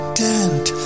dent